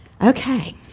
Okay